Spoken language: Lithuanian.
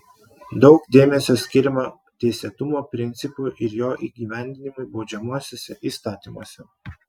daug dėmesio skiriama teisėtumo principui ir jo įgyvendinimui baudžiamuosiuose įstatymuose